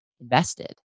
invested